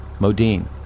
Modine